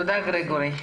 תודה, גרגורי.